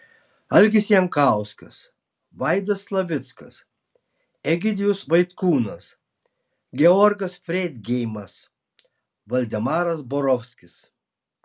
algis jankauskas vaidas slavickas egidijus vaitkūnas georgas freidgeimas valdemaras borovskis